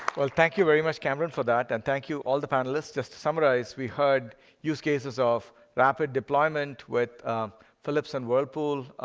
well, thank you very much, kamran, for that. and thank you, all the panelists. just to summarize, we heard use cases of rapid deployment with philips and whirlpool,